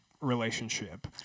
relationship